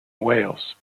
wales